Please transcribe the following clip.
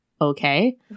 okay